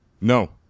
No